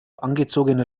angezogene